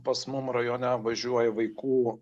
pas mum rajone važiuoja vaikų